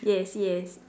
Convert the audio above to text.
yes yes